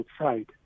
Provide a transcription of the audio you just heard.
outside